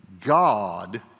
God